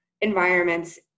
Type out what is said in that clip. environments